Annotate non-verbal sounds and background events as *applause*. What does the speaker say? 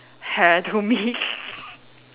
hair to me *laughs*